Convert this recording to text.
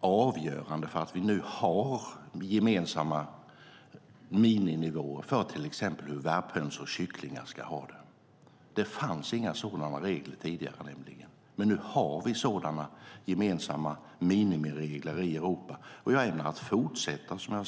avgörande för att vi nu har gemensamma miniminivåer till exempel för hur kycklingar och värphöns ska ha det. Det fanns inga sådana regler tidigare, men nu har vi sådana gemensamma minimiregler i Europa.